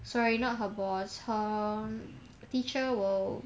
sorry not her boss her teacher will